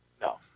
No